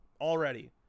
already